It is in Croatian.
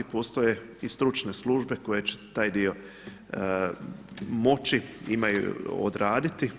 Postoje i stručne službe koje će taj dio moći odraditi.